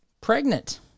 pregnant